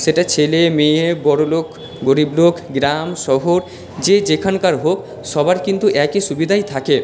সেটা ছেলে মেয়ে বড়োলোক গরিব লোক গ্রাম শহর যে যেখানকার হোক সবার কিন্তু একই সুবিধাই থাকে